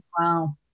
Wow